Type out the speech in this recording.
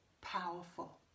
powerful